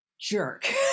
jerk